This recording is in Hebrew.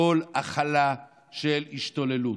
כל הכלה של השתוללות,